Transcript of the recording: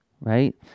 right